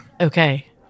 Okay